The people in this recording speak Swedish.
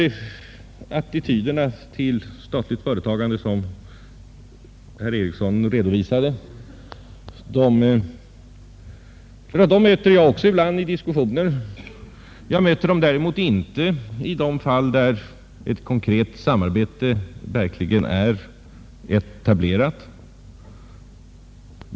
De attityder till statligt företagande som herr Ericsson i Åtvidaberg redovisade möter jag också ibland i diskussioner när diskussionen förs på ett allmänt plan. Jag möter dem däremot inte i de fall där ett konkret samarbete verkligen är etablerat.